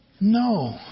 No